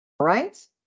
right